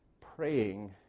praying